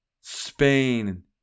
Spain